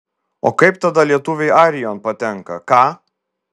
o kaip tada lietuviai airijon patenka ką